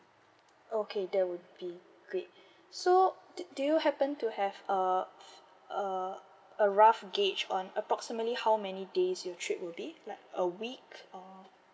okay that will be good so do you happen to have uh uh a rough gauge on approximately how many days your trip will be like a week uh